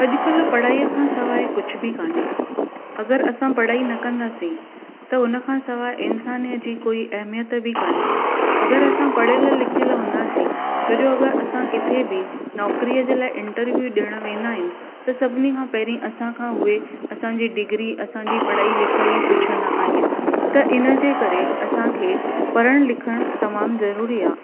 अॼुकल्ह पढ़ाई खां सवाइ कुझु बि काने अगरि असां पढ़ाई न कंदासीं त हुन खां सवाइ इंसान जी कोई अहमियत बि काने अगरि असां पढ़ियल लिखियल हूंदासीं छोजो अगरि असां किथे बि नौकिरीअ जे लाइ इंटरव्यू ॾियण वेंदा आहियूं त सभिनिनि खां पहिरीं असांखा उहे असांजी डिग्री असांजी पढ़ाई लिखाई पुछंदा आहिनि त हिनजे करे असांखे पढ़नि लिखण तमामु ज़रूरी आहे